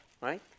Right